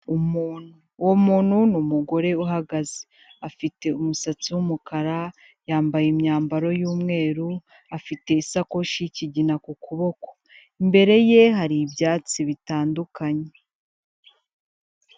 Umuntu, uwo muntu n'umugore uhagaze, afite umusatsi w'umukara, yambaye imyambaro y'umweru, afite isakoshi y'ikigina ku kuboko, imbere ye hari ibyatsi bitandukanye.